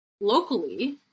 locally